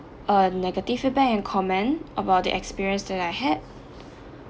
a negative feedback and comment about the experience that I had